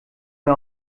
mir